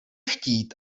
chtít